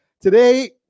Today